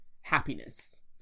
happiness